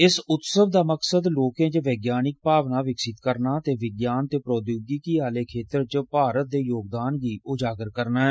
इस उत्सक दा मकसद लोकें च वैज्ञानिक भावना विकसित करना ते विाान ते प्रोध्यिागिकी आले खेतर च भारत दे योगदान गी उजागर करना ऐ